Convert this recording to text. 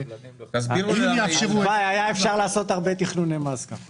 אם יאפשרו